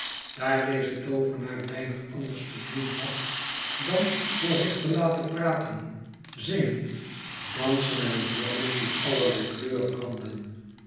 daar deze toovenaar weinig anders te doen had dan voor zich te laten praten zingen dansen en vlammen van allerlei kleur branden